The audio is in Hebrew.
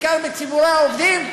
בעיקר בציבורי העובדים,